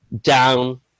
down